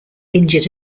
injured